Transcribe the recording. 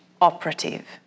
operative